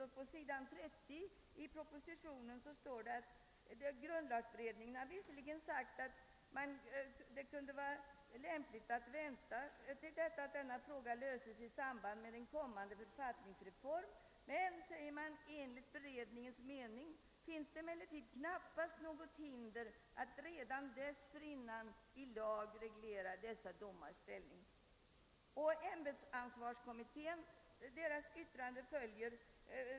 På s. 30 i propositionen står det visserligen att grundlagberedningen har sagt att det kunde vara lämpligt att lösa denna fråga i samband med en kommande förfaltningsreform, men det tilläggs: >Enligt beredningens mening finns det emellertid knappast något hinder alt redan dessförinnan i lag reglera dessa domares ställning.» Sedan refereras ämbetsansvarskommitténs yttrande.